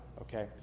okay